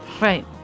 Right